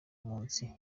munsi